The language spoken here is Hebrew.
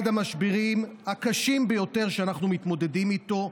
המשברים הקשים ביותר שאנחנו מתמודדים איתם,